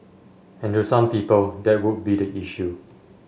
and to some people that would be the issue